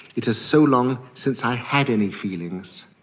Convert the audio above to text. it is so long since i had any feelings.